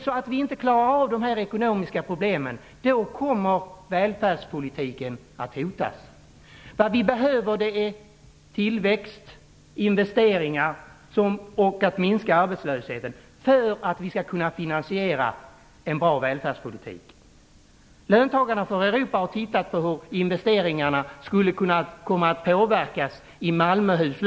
Klarar vi inte de ekonomiska problemen, kommer välfärdspolitiken att hotas. Vad vi behöver för att vi skall kunna finansiera en bra välfärdspolitik är tillväxt, investeringar och minskning av arbetslösheten.